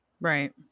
right